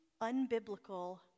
unbiblical